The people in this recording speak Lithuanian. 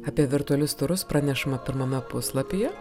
apie virtualius turus pranešama pirmame puslapyje